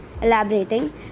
Elaborating